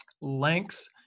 length